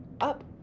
up